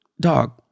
dog